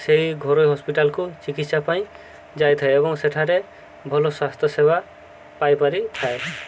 ସେଇ ଘରୋଇ ହସ୍ପିଟାଲକୁ ଚିକିତ୍ସା ପାଇଁ ଯାଇଥାଏ ଏବଂ ସେଠାରେ ଭଲ ସ୍ୱାସ୍ଥ୍ୟ ସେେବା ପାଇପାରି ଥାଏ